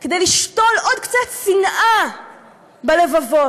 כדי לשתול עוד קצת שנאה בלבבות.